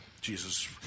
Jesus